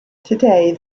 today